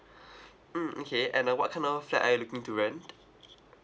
mm okay and uh what kind of flat are you looking to rent